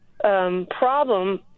Problem